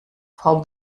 frau